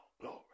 glory